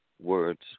Words